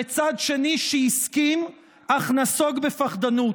וצד שני שהסכים אך נסוג בפחדנות,